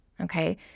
Okay